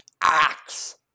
Axe